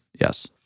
Yes